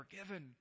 forgiven